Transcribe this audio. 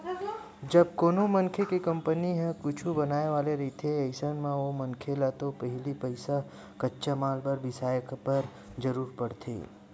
जब कोनो मनखे के कंपनी ह कुछु बनाय वाले रहिथे अइसन म ओ मनखे ल तो पहिली पइसा कच्चा माल बिसाय बर जरुरत पड़थे